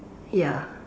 ya